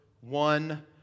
one